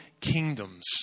kingdoms